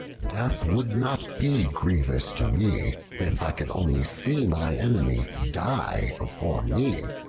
death would not be grievous to me, if i could only see my enemy die before me.